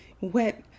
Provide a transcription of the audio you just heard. wet